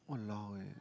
!walao! eh